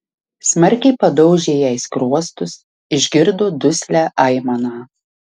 smarkiai padaužė jai skruostus išgirdo duslią aimaną